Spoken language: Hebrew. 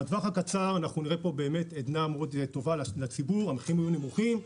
בטווח הקצר נראה פה עדנה מאוד טובה לציבור כי המחירים יהיו נמוכים,